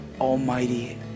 almighty